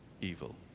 evil